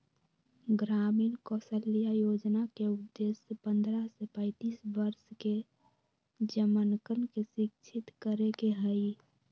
ग्रामीण कौशल्या योजना के उद्देश्य पन्द्रह से पैंतीस वर्ष के जमनकन के शिक्षित करे के हई